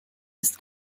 ist